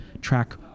track